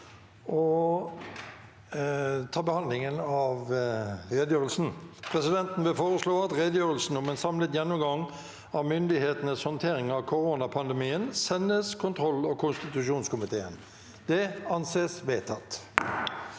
om ordet til sak nr. 2. Presidenten foreslår at redegjørelsen om en samlet gjennomgang av myndighetens håndtering av koronapandemien sendes kontroll- og konstitusjonskomiteen. – Det anses vedtatt.